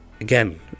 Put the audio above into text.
again